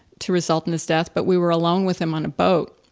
to result in his death, but we were alone with him on a boat.